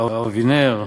הרב אבינר,